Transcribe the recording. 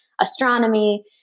astronomy